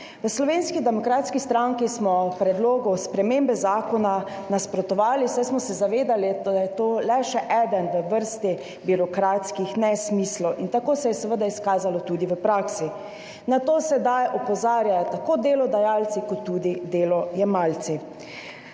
V Slovenski demokratski stranki smo predlogu spremembe zakona nasprotovali, saj smo se zavedali, da je to le še eden v vrsti birokratskih nesmislov, in tako se je seveda izkazalo tudi v praksi. Na to sedaj opozarjajo tako delodajalci kot tudi delojemalci.